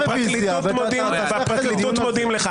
בפרקליטות מודים לך.